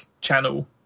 channel